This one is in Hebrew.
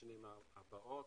בשנים הבאות.